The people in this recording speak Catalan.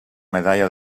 medalla